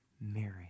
Mary